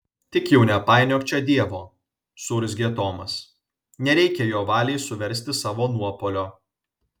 tik jau nepainiok čia dievo suurzgė tomas nereikia jo valiai suversti savo nuopuolio